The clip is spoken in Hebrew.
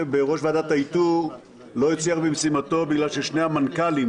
בראש ועדת האיתור לא הצליח במשימתו בגלל ששני המנכ"לים,